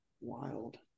Wild